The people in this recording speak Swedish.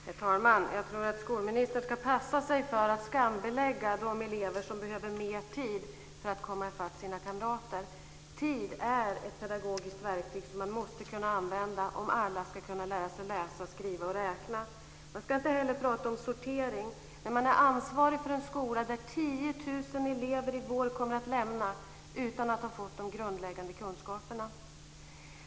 Herr talman! Jag tror att skolministern ska passa sig för att skambelägga de elever som behöver mer tid för att komma i fatt sina kamrater. Tid är ett pedagogiskt verktyg som man måste kunna använda om alla ska kunna lära sig att läsa, skriva och räkna. Man ska inte heller prata om sortering när man är ansvarig för en skola som 10 000 elever i vår kommer att lämna utan att ha fått de grundläggande kunskaperna.